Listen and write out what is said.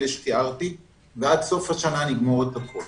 שתיארתי, ועד סוף השנה נגמור הכול.